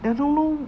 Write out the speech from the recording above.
I don't know